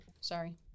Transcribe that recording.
sorry